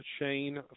Shane